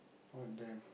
what then